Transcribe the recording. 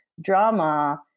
drama